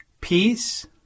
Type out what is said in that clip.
peace